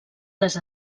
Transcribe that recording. les